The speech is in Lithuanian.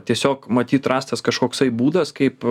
tiesiog matyt rastas kažkoksai būdas kaip